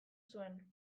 zuen